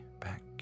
back